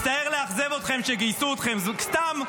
מצטער לאכזב אתכם שגייסו אתכם סתם.